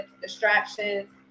distractions